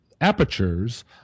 apertures